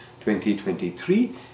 2023